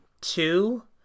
two